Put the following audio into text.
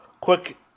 quick